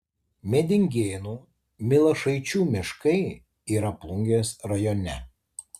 medingėnų milašaičių miškai yra plungės rajone